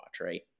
right